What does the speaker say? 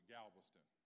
Galveston